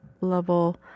level